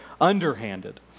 underhanded